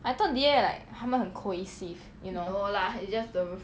I thought D_A like 他们很 cohesive you know